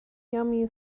yummy